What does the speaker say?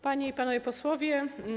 Panie i Panowie Posłowie!